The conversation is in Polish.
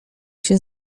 się